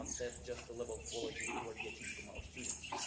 um that's just the level of quality we're getting from our students.